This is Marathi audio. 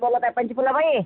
बोला काय पंचपुलाबाई